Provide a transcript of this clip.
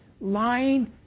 lying